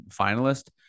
finalist